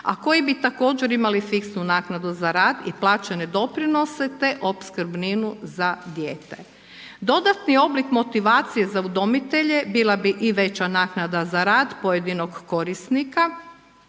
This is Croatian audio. a koji bi također imali fiksnu naknadu za rad i plaćene doprinose, te opskrbninu za dijete. Dodatni oblik motivacije za udomitelje bila bi i veća naknada za rad pojedinog korisnika